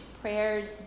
prayers